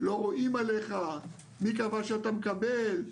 לא רואים עליך, מי קבע שאתה מקבל?